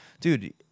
dude